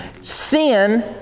sin